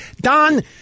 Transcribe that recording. Don